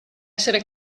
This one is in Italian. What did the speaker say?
essere